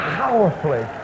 powerfully